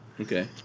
Okay